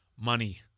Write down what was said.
money